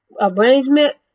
arrangement